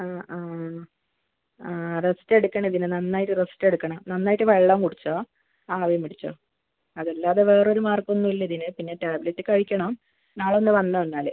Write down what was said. ആ ആ ആ റസ്റ്റ് എടുക്കണം ഇതിന് നന്നായിട്ട് റസ്റ്റ് എടുക്കണം നന്നായിട്ട് വെള്ളം കുടിച്ചോ ആവിയും പിടിച്ചോ അതല്ലാതെ വേറെ ഒരു മാർഗം ഒന്നും ഇല്ല ഇതിന് പിന്നെ ടാബ്ലറ്റ് കഴിക്കണം നാളെ ഒന്ന് വന്നോ എന്നാൽ